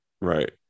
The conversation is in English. Right